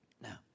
Now